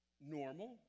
normal